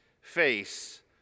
face